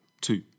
two